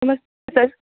नमस्ते सर